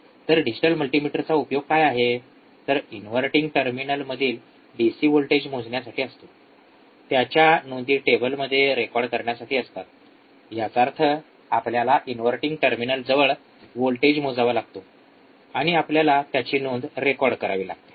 तर डिजिटल मल्टीमीटरचा उपयोग काय आहे तर इनव्हर्टिंग टर्मिनलमधील डीसी व्होल्टेज मोजण्यासाठी असतो आणि त्याच्या नोंदी टेबलमध्ये रेकॉर्ड करण्यासाठी असतात याचा अर्थ आपल्याला इनव्हर्टिंग टर्मिनलजवळ वोल्टेज मोजावा लागतो आणि आपल्याला त्याची नोंद रेकॉर्ड करावी लागते